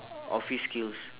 office skills